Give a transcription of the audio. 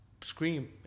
scream